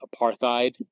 apartheid